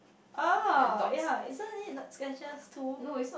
oh ya isn't this Skechers too